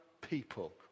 people